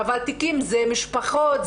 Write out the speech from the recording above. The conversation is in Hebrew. אבל תיקים זה משפחות ,